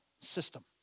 system